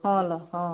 ହଁ ଲୋ ହଁ